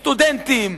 סטודנטים,